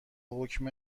حکم